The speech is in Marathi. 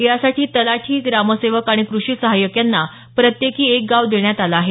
यासाठी तलाठी ग्रामसेवक आणि कृषी सहाय्यक यांना प्रत्येकी एक गाव देण्यात आलं आहे